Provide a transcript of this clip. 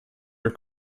your